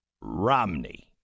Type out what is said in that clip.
Romney